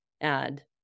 add